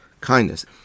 kindness